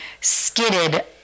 skidded